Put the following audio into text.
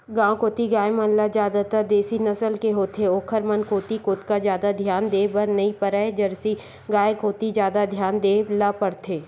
गांव कोती गाय मन ह जादातर देसी नसल के होथे ओखर मन कोती ओतका जादा धियान देय बर नइ परय जरसी गाय कोती जादा धियान देय ल परथे